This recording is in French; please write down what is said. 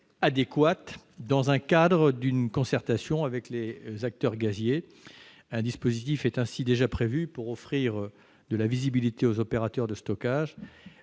adéquate dans le cadre d'une concertation avec les acteurs gaziers. Un dispositif est donc déjà prévu pour offrir de la visibilité aux opérateurs de stockage.